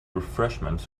refreshments